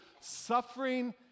suffering